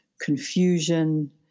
confusion